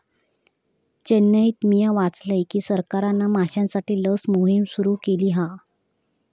चेन्नईत मिया वाचलय की सरकारना माश्यांसाठी लस मोहिम सुरू केली हा